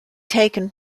taken